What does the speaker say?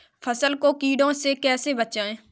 फसल को कीड़े से कैसे बचाएँ?